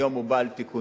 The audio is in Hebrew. היום הוא בא על תיקונו.